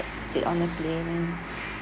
sit on the plane and